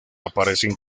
aparecen